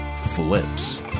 flips